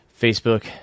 Facebook